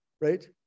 right